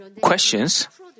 questions